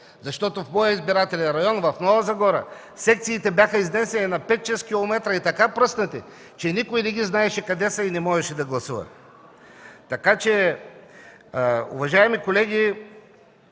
Защото в моя избирателен район в Нова Загора секциите бяха изнесени на 5-6 км и така пръснати, че никой не ги знаеше къде са и не можеше да гласува. Така че, уважаеми колеги,